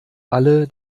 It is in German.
alle